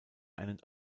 einen